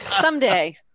someday